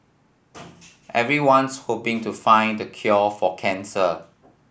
everyone's hoping to find the cure for cancer